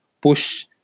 push